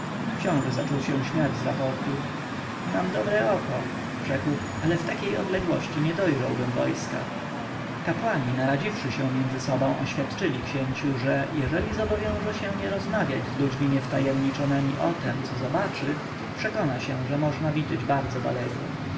książę zaczął się śmiać z raportu mam dobre oko rzekł ale w takiej odległości nie dojrzałbym wojska kapłani naradziwszy się między sobą oświadczyli księciu że jeżeli obowiąże się nie rozmawiać z ludźmi niewtajemniczonymi o tem co zobaczy przekona się że można widzieć bardzo daleko